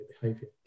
behavior